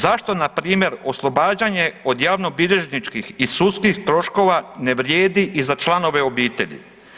Zašto na primjer oslobađanje od javnobilježničkih i sudskih troškova ne vrijedi i za članove obitelji?